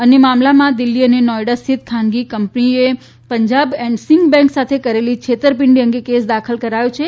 અન્ય મામલમાં દિલ્હી અને નોઇડા સ્થિત ખાનગી કંપનીએ પંજાબ એન્ડ સિંધ બેન્ક સાથે કરેલી છેતરપીંડી અંગે કેસ દાખલ કરાયો છે